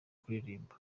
kuririmba